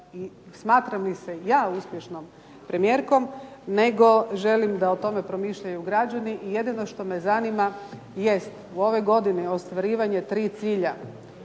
i smatram li se ja uspješnom premijerkom nego želim da o tome promišljaju građani. I jedino što me zanima jest u ovoj godini ostvarivanje tri cilja.